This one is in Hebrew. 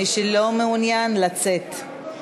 מי שלא מעוניין, לצאת.